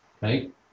right